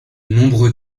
nombreux